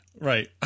Right